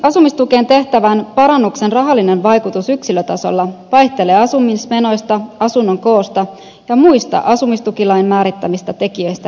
asumistukeen tehtävän parannuksen rahallinen vaikutus yksilötasolla vaihtelee asumismenoista asunnon koosta ja muista asumistukilain määrittämistä tekijöistä riippuen